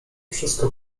wszystko